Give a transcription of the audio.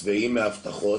שבעים מהבטחות.